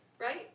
right